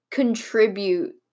contribute